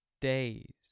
days